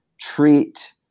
treat